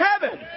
heaven